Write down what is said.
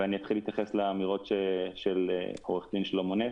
ואני אתחיל להתייחס לאמירות של עו"ד שלמה נס